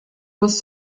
was